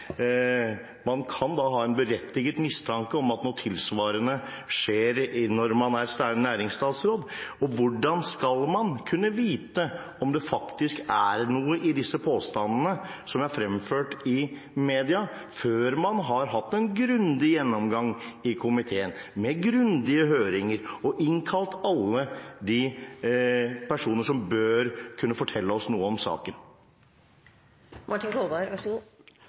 Man kan da ha en berettiget mistanke om at noe tilsvarende skjer når man er næringsstatsråd. Hvordan skal man kunne vite om det faktisk er noe i disse påstandene som er fremført i media, før man har hatt en grundig gjennomgang i komiteen, med grundige høringer, og før man har innkalt alle de personer som bør kunne fortelle oss noe om